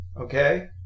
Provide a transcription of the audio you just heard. okay